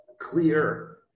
clear